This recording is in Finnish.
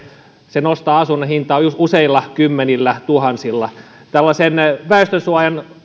se nostaa asunnon hintaa useilla kymmenillätuhansilla tällaisen väestönsuojan